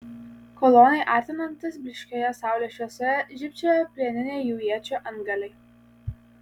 kolonai artinantis blyškioje saulės šviesoje žybčiojo plieniniai jų iečių antgaliai